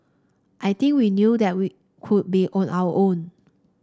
I think we knew that we could be on our own